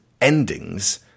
endings